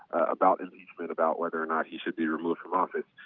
about impeachment, about whether or not he should be removed from office,